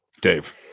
Dave